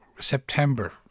September